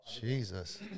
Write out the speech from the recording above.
Jesus